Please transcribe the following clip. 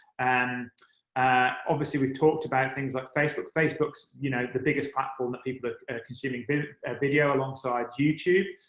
and ah obviously we've talked about things like facebook. facebook's you know the biggest platform that people are consuming video, alongside youtube.